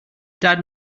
dad